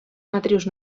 matrius